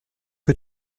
que